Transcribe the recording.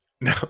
No